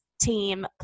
team